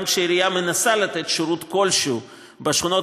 גם כשהעירייה מנסה לתת שירות כלשהו בשכונות